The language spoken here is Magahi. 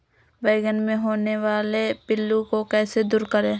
बैंगन मे होने वाले पिल्लू को कैसे दूर करें?